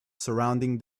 surrounding